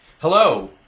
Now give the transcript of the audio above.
Hello